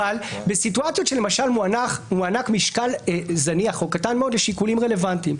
בסיטואציות למשל שמוענק משקל זניח או קטן מאוד לשיקולים רלוונטיים,